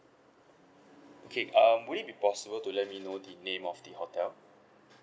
okay um would it be possible to let me know the name of the hotel